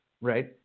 Right